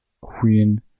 Queen